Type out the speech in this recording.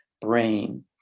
brain